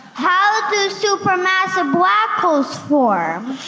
how do super massive black holes form?